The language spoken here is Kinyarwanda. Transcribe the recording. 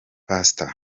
pastor